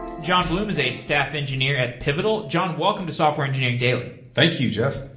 jon blum is a staff engineer at pivotal. john, welcome to software engineering daily thank you, jeff.